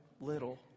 little